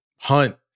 hunt